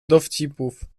dowcipów